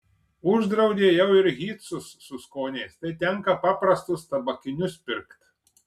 uždraudė jau ir hytsus su skoniais tai tenka paprastus tabakinius pirkt